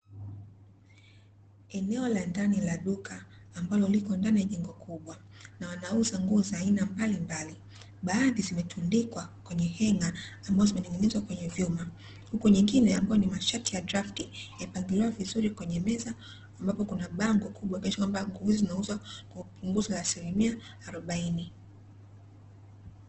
Eneo la ndani ambalo lipo ndani ya jengo kubwa na wanauza nguo za aina mbalimbali, baadhi zimetundikwa kwenye heng'a ambazo zimening'inizwa kwenye vyuma, huku nyingine ambayo ni mashati ya drafti, yamepangiliwa vizuri kwenye meza ambapo kuna bango kubwa kuonyesha kwamba nguo zinauzwa kwa punguzo la asilimia harobaini.